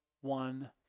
one